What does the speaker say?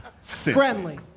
Friendly